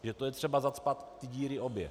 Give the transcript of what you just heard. Je třeba zacpat ty díry obě.